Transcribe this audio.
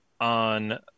on